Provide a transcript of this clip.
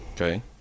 Okay